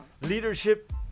Leadership